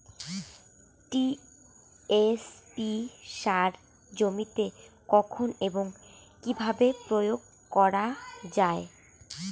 TSP সার জমিতে কখন এবং কিভাবে প্রয়োগ করা য়ায়?